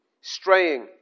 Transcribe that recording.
straying